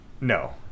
No